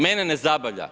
Mene ne zabavlja.